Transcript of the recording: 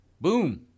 Boom